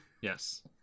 Yes